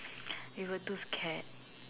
we were too scared